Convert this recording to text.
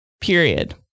period